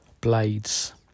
blades